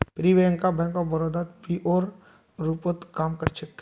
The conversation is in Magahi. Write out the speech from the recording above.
प्रियंका बैंक ऑफ बड़ौदात पीओर रूपत काम कर छेक